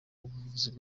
abavuzi